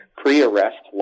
pre-arrest